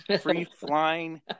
free-flying